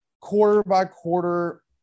quarter-by-quarter